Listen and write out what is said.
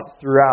throughout